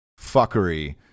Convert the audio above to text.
fuckery